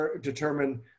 determine